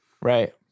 right